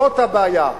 זאת הבעיה.